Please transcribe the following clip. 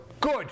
good